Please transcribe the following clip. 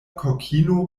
kokino